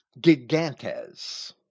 gigantes